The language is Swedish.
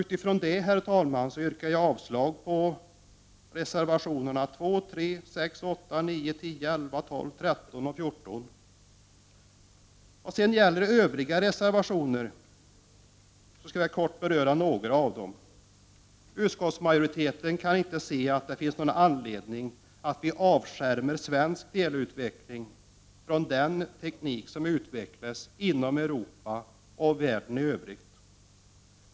Utifrån vad jag nu sagt yrkar jag på avslag på reservationerna 1, 2, 3, 6, 8, 9, 10, 11, 12, 13 och 14. Jag skall kort beröra några av de övriga reservationerna. Utskottsmajoriteten kan inte se att det finns någon anledning att avskärma svensk teleutveckling från den teknik som utvecklas inom Europa och världen i övrigt.